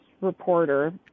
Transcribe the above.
reporter